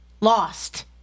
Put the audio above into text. lost